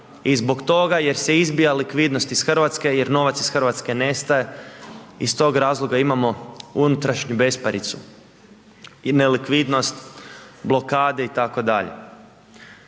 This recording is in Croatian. i zbog toga jer se izbija likvidnost iz Hrvatske, jer novac iz Hrvatske nestaje i stog razloga imamo unutrašnju besparicu i nelikvidnost, blokade itd.